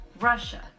Russia